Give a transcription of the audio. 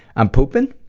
i'm poopin'?